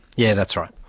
yeah that's right.